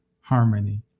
harmony